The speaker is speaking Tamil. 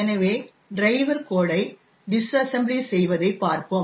எனவே driver கோட் ஐ டிஸ்அசெம்ப்ளி செய்வதை பார்ப்போம்